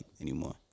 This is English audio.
anymore